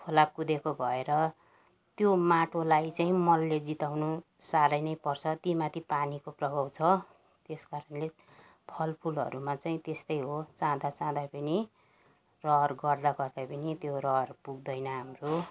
खोला कुदेको भएर त्यो माटोलाई चाहिँ मलले जिताउनु साह्रै नै पर्छ त्यो माथि पानीको प्रभाव छ त्यस कारणले फलफुलहरूमा चाहिँ त्यस्तै हो चाहँदा चाहँदै पनि रहर गर्दा गर्दै पनि त्यो रहर पुग्दैन हाम्रो